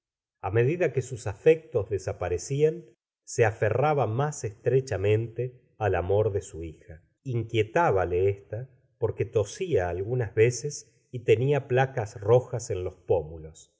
a medida que sus afectos desaparecían se aferrab a más estrechamente al amor de su hija inquietábale ésta porque tosía algunas veces y tenia placas rojas en los pómulos